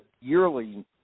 yearly